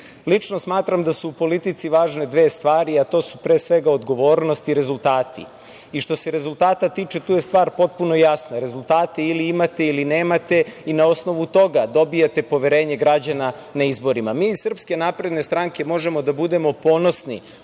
smatram da su u politici važne dve stvari, a to su, pre svega, odgovornost i rezultati i što se rezultata tiče tu je stvar potpuno jasna, rezultati ili imate ili nemate, i na osnovu toga dobijete poverenje građana na izborima. Mi iz SNS možemo da budemo ponosni